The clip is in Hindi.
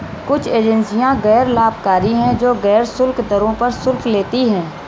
कुछ एजेंसियां गैर लाभकारी हैं, जो गैर शुल्क दरों पर शुल्क लेती हैं